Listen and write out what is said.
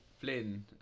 Flynn